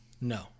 No